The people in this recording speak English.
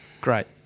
Great